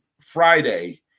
Friday